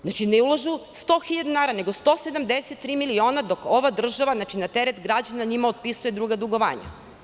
Znači, ne ulažu 100 dinara nego 173 miliona dok ova država, na teret građana, njima otpisuje druga dugovanja.